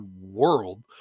world